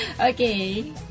Okay